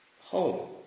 Home